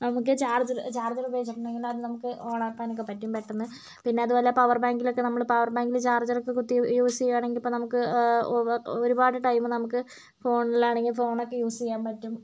നമുക്ക് charger charger ഉപയോഗിച്ചിട്ടുണ്ടെങ്കിൽ അത് നമുക്ക് ഓണാക്കാനൊക്കെ പറ്റും പെട്ടെന്ന് പിന്നെ അതുമല്ല പവർ ബാങ്കിലൊക്കെ നമ്മൾ പവർ ബാങ്കിൽ ചാർജ്ജർ കുത്തി യൂസ് ചെയ്യുകയാണെങ്കിൽ ഇപ്പോൾ നമുക്ക് ഒരുപാട് ടൈം നമുക്ക് ഫോണിലാണെങ്കിൽ ഫോണൊക്കെ യൂസ് ചെയ്യാൻ പറ്റും